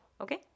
Okay